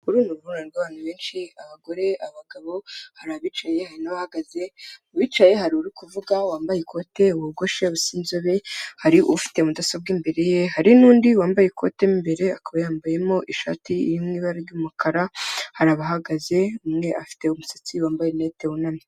Uru ni uruhurirane rw'abantu benshi, abagore abagabo hari abicaye hari n'abahagaze, mu bicaye hari uri kuvuga wambaye ikote wogoshe, usa inzobe hari ufite mudasobwa imbere ye, hari nundi wambaye ikoti imbere akaba yambayemo ishati iri mu ibara ry'umukara hari abahagaze, umwe afite umusatsi wambaye rinete wunamye.